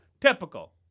Typical